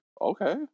okay